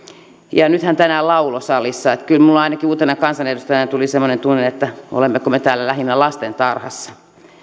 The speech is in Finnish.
ja nyt hän tänään lauloi salissa kyllä minulle ainakin uutena kansanedustajana tuli semmoinen tunne että olemmeko me täällä lähinnä lastentarhassa